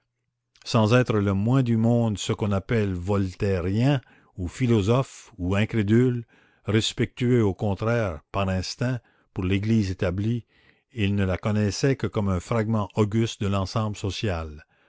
sans être le moins du monde ce qu'on appelle voltairien ou philosophe ou incrédule respectueux au contraire par instinct pour l'église établie il ne la connaissait que comme un fragment auguste de l'ensemble social